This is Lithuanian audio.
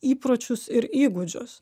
įpročius ir įgūdžius